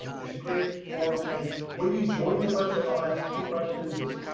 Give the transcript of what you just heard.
um it's a great forum and when you join the website. i'll ask two questions is